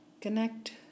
Connect